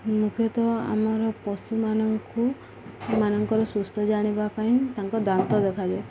ମୁଖ୍ୟତଃ ଆମର ପଶୁମାନଙ୍କୁ ମାନଙ୍କର ସୁସ୍ଥ ଜାଣିବା ପାଇଁ ତାଙ୍କ ଦାନ୍ତ ଦେଖାଯାଏ